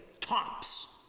tops